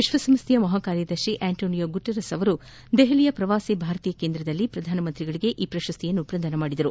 ವಿಶ್ವಸಂಸ್ಥೆಯ ಮಹಾಕಾರ್ಯದರ್ಶಿ Antonio Guterres ಅವರು ದೆಪಲಿಯ ಪ್ರವಾಸಿ ಭಾರತೀಯ ಕೇಂದ್ರದಲ್ಲಿ ಪ್ರಶಸ್ತಿ ಪ್ರದಾನ ಮಾಡಿದರು